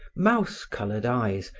mouse-colored eyes,